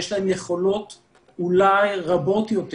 יש להם יכולות אולי רבות יותר,